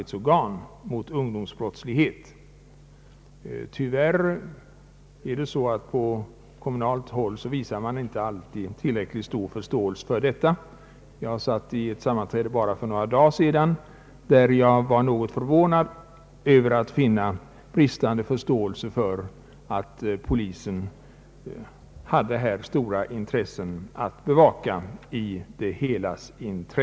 Tyvärr visas dock på kommunalt håll inte alltid tillräckligt stor förståelse för detta arbete. Vid sammanträde för bara några dagar sedan fann jag till någon förvåning att det fortfarande brister i fråga om förståelsen för att polisen här har stora intressen att bevaka för det allmänna bästa.